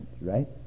right